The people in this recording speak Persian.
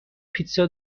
پیتزا